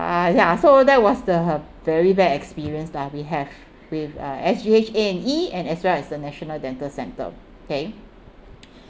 uh ya so that was the very bad experience lah we have with uh S_G_H A and E and as well as the national dental centre okay